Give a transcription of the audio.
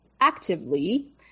actively